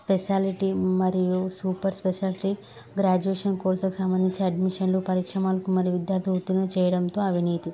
speciality మరియు super speciality graduation కోర్సులకు సంబంధి అడ్మిషన్లు పరిీక్షమాలకు మరియు విద్యార్థి వత్తిణ చేయడంతో అవినీతి